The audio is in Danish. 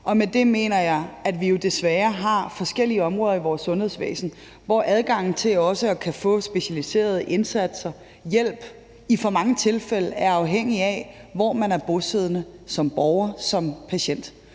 Med det mener jeg, at vi jo desværre har forskellige områder i vores sundhedsvæsen, hvor adgangen til at kunne få specialiserede indsatser og hjælp i for mange tilfælde er afhængig af, hvor man er bosiddende som borger og som patient.